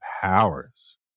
powers